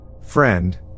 Friend